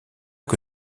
que